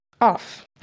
off